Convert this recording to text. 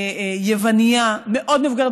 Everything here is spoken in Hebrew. יוונייה מאוד מבוגרת,